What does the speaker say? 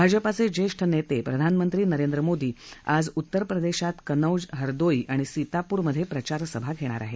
भाजपाचे ज्येष्ठ नेते प्रधानमंत्री नरेंद्र मोदी आज उत्तरप्रदेशात कनौज हरदोई आणि सीतापुरमधे प्रचार सभा घेणार आहेत